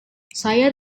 saya